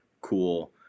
cool